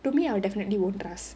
to me I'll definitely won't trust